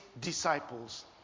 disciples